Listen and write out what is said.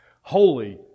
Holy